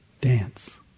dance